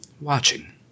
watching